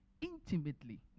intimately